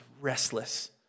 restless